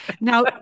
Now-